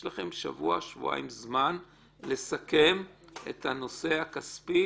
יש לכם שבוע-שבועיים זמן לסכם את הנושא הכספי